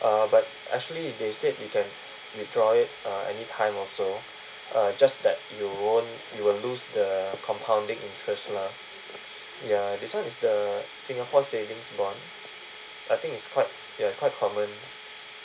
uh but actually they said you can withdraw it uh anytime also uh just that you won't you will lose the compounding interest lah ya this [one] is the singapore savings bond I think it's quite ya it's quite common